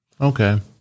Okay